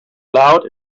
loud